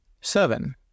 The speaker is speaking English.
Seven